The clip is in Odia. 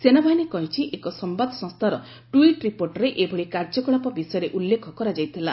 ସେନାବାହିନୀ କହିଛି ଏକ ସମ୍ବାଦ ସଂସ୍ଥାର ଟୁଇଟ୍ ରିପୋର୍ଟରେ ଏଭଳି କାର୍ଯ୍ୟକଳାପ ବିଷୟରେ ଉଲ୍ଲେଖ କରାଯାଇଥିଲା